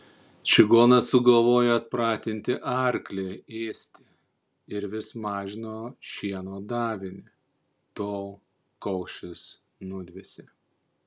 čigonas sugalvojo atpratinti arklį ėsti ir vis mažino šieno davinį tol kol šis nudvėsė